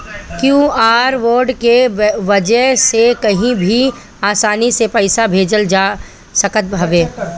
QR code के वजह से कही भी आसानी से पईसा भेजल जा सकत हवे